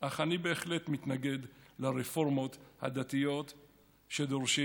אך אני בהחלט מתנגד לרפורמות הדתיות שדורשים